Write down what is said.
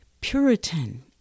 Puritan